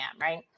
right